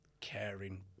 caring